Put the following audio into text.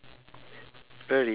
really I can't hear